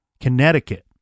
Connecticut